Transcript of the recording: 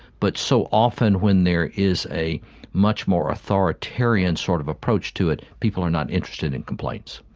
but so often when there is a much more authoritarian sort of approach to it, people are not interested in complaints.